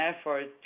effort